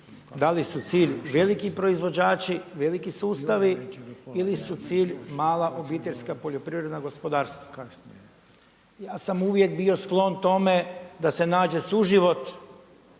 Da li su cilj veliki proizvođači veliki sustavi ili su cilj mala OPG-i? Ja sam uvijek bio sklon tome da se nađe suživot,